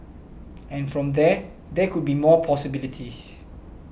and from there there could be more possibilities